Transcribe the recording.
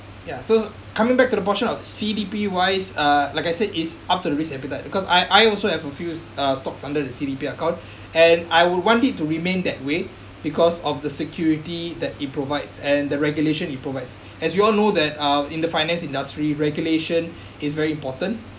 ya so coming back to the portion of C_D_P wise uh like I said it's up to the risk appetite because I I also have a few uh stocks under the C_D_P account and I would want it to remain that way because of the security that it provides and the regulation it provides as you all know that uh in the finance industry regulation is very important